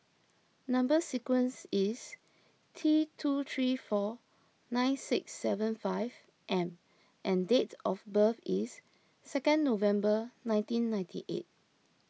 Number Sequence is T two three four nine six seven five M and and dates of birth is second November nineteen ninety eight